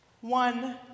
One